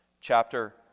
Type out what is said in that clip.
chapter